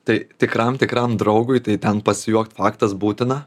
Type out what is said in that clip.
tai tikram tikram draugui tai ten pasijuokt faktas būtina